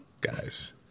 Guys